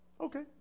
okay